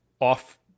off